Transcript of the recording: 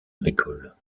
agricole